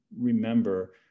remember